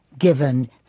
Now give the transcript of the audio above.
given